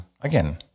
again